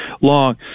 long